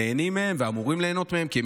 נהנים ממנה ואמורים ליהנות ממנה כי הם